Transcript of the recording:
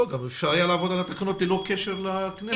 אפשר היה לעבוד על התקנות ללא קשר לכנסת.